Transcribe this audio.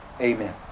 Amen